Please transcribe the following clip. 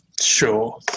Sure